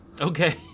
okay